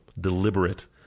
deliberate